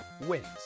wins